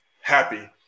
happy